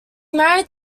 married